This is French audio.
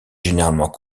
généralement